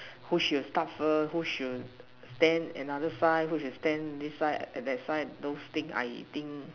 who should start first who should stand another side who should stand this side that side those thing I think